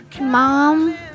Mom